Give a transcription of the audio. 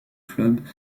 clubs